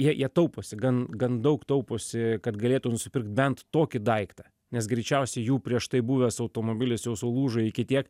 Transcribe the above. jie jie tauposi gan gan daug tauposi kad galėtų nusipirkt bent tokį daiktą nes greičiausiai jų prieš tai buvęs automobilis jau sulūžo iki tiek